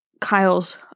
Kyle's